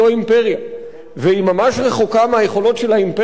והיא ממש רחוקה מהיכולות של האימפריה האמריקנית,